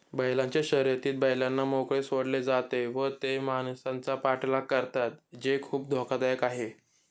बैलांच्या शर्यतीत बैलांना मोकळे सोडले जाते व ते माणसांचा पाठलाग करतात जे खूप धोकादायक आहे